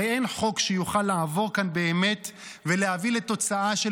הרי אין חוק שיוכל לעבור כאן באמת ולהביא לתוצאה של